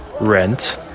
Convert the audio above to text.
Rent